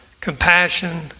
compassion